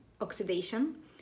oxidation